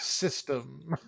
system